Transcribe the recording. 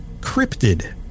cryptid